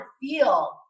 feel